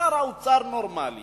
שר אוצר נורמלי